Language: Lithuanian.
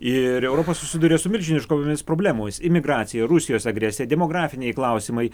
ir europa susiduria su milžiniškomis problemomis imigracija rusijos agresija demografiniai klausimai